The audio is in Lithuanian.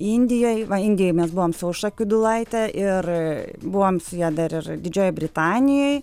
indijoj va indijoj mes buvom su aušra kiudulaitė ir buvom su ja dar ir didžiojoj britanijoj